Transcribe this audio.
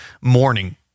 morning